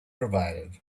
provided